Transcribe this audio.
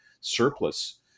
surplus